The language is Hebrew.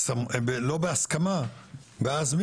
לא בהסכמה ואז,